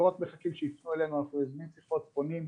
אנחנו לא רק מחכים שיפנו אלינו אנחנו יוזמים שיחות ופונים,